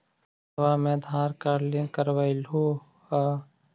बैंकवा मे Aadhaar card link करवैलहो है?